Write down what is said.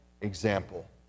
example